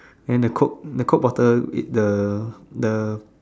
and the coke the coke bottle it the the